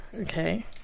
Okay